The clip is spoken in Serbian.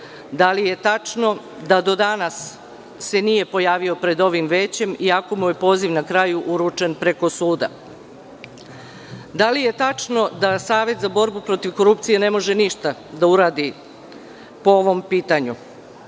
Da li je tačno da se do danas nije pojavio pred ovim većem, iako mu je poziv na kraju uručen preko suda? Da li je tačno da Savet za borbu protiv korupcije ne može ništa da uradi po ovom pitanju?